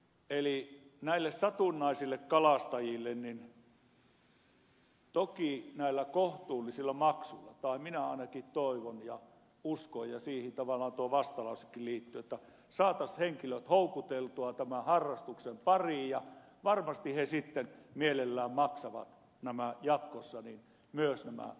eli näille satunnaisille kalastajille toki näillä kohtuullisilla maksuilla tai minä ainakin toivon ja uskon ja siihen tavallaan tuo vastalausekin liittyy että saataisiin henkilöt houkuteltua tämän harrastuksen pariin ja varmasti he sitten mielellään maksavat jatkossa myös nämä vuosiluvat